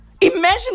Imagine